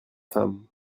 femme